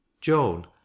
Joan